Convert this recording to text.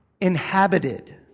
inhabited